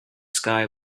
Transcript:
sky